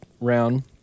round